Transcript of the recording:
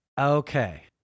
Okay